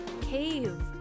cave